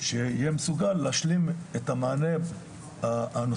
שיהיה מסוגל להשלים את המענה הנוסף,